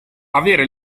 avere